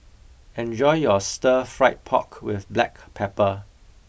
enjoy your Stir Fried Pork with Black Pepper